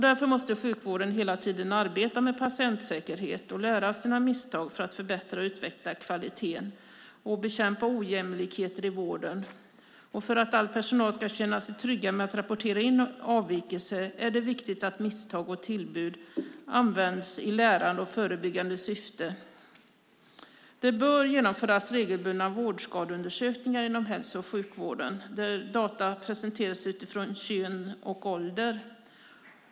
Därför måste sjukvården hela tiden arbeta med patientsäkerhet och lära av sina misstag för att förbättra och utveckla kvaliteten och bekämpa ojämlikheter i vården. För att all personal ska känna sig trygg med att rapportera in avvikelser är det viktigt att misstag och tillbud används i lärande och förebyggande syfte. Det bör genomföras regelbundna vårdskadeundersökningar inom hälso och sjukvården där data presenteras utifrån kön och ålder.